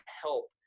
help